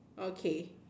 okay